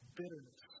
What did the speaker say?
bitterness